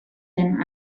den